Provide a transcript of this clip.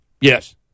Yes